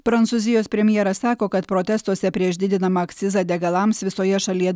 prancūzijos premjeras sako kad protestuose prieš didinamą akcizą degalams visoje šalyje